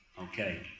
Okay